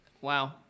Wow